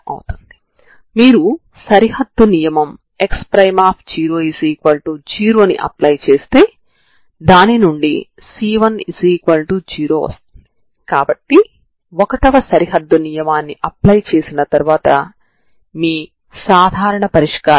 ఇది త్రిభుజం లోపల ప్రభావాన్ని చూపే డొమైన్ మరియు ఇది పరిష్కారం కోసం ఆధారపడే డొమైన్ కాబట్టి ఇది వాస్తవానికి ప్రారంభ సమాచారంపై ఆధారపడి ఉంటుంది